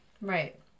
Right